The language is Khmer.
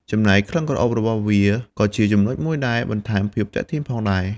ចំណែក ក្លិនក្រអូបរបស់វាក៏ជាចំណុចមួយដែលបន្ថែមភាពទាក់ទាញផងដែរ។